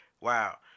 Wow